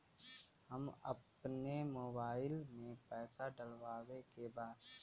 हम आपन मोबाइल में पैसा डलवावे के बा?